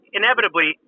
inevitably